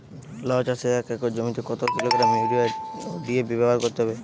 লাউ চাষে এক একর জমিতে কত কিলোগ্রাম ইউরিয়া ও ডি.এ.পি ব্যবহার করতে হবে?